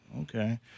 Okay